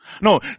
no